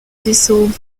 dissolve